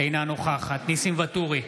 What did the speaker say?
אינה נוכחת ניסים ואטורי,